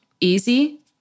Easy